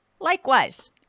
Likewise